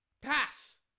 pass